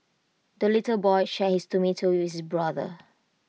the little boy shared his tomato with his brother